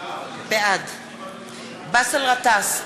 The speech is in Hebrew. בעד באסל גטאס,